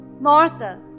Martha